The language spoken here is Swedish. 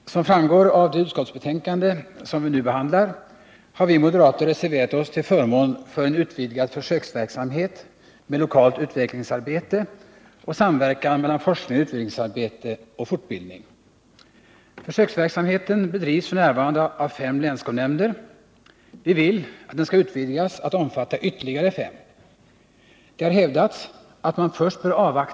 Herr talman! Som framgår av det utskottsbetänkande som nu behandlas Onsdagen den har vi moderater reserverat oss till förmån för en utvidgning av försöksverk 4 april 1979 samheten med lokalt utvecklingsarbete och samverkan mellan forskning och utvecklingsarbete och fortbildning. Anslag till lokalt Försöksverksamheten bedrivs f. n. av fem länskolnämnder. Vi vill att den i i a é SCEN utvecklingsarbete skall utvidgas till att omfatta ytterligare fem. Det har hävdats att man först bör inom skolväsendet.